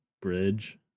bridge